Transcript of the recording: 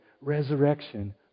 resurrection